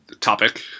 topic